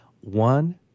one